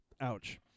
ouch